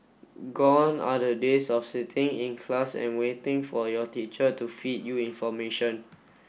gone are the days of sitting in class and waiting for your teacher to feed you information